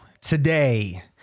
today